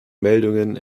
meldungen